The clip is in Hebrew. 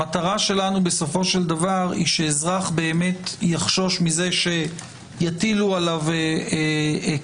המטרה שלנו בסופו של דבר היא שאזרח באמת יחשוש מזה שיטילו עליו קנס